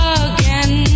again